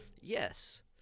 Yes